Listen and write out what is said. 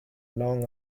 long